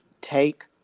take